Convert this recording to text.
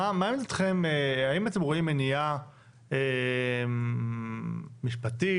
האם אתם רואים מניעה משפטית,